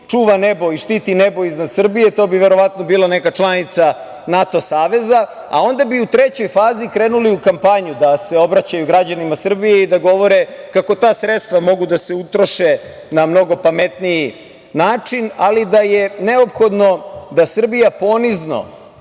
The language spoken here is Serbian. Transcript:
čuva nebo i štiti nebo iznad Srbije. To bi verovatno bila neka članica NATO saveza, a onda bi u trećoj fazi krenuli u kampanju da se obraćaju građanima Srbije i da govore kako ta sredstva mogu da se utroše na mnogo pametniji način, ali da je neophodno da Srbija ponizno